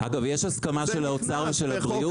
יש הסכמה של האוצר ושל הבריאות.